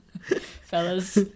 Fellas